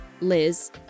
Liz